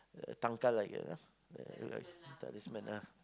uh tangkal like you know uh talismen ah